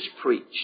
preached